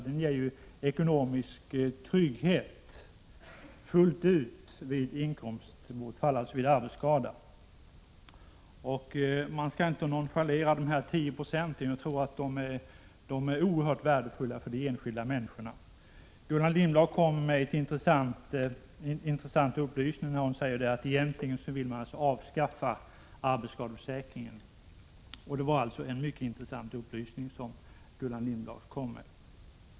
Den ger ju ekonomisk trygghet fullt ut vid inkomstbortfall på grund av arbetsskada. Man skall inte nonchalera de här 10 procenten; jag tror att de är oerhört betydelsefulla för de enskilda människorna. Gullan Lindblad sade också att man egentligen vill avskaffa arbetsskadeförsäkringen. Det var en mycket intressant upplysning som hon kom med.